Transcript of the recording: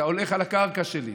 אתה הולך על הקרקע שלי.